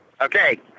Okay